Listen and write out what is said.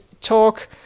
talk